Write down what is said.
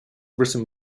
written